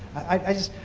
i